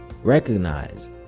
Recognize